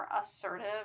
assertive